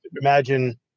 imagine